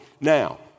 Now